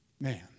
Man